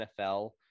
NFL